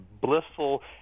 blissful